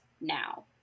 now